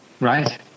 Right